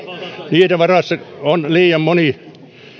niiden varassa on liian moni